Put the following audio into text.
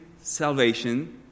salvation